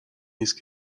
نیست